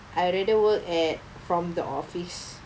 I rather work at from the office